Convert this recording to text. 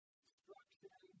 destruction